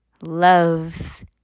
love